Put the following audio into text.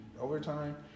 overtime